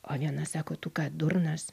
o vienas sako tu ką durnas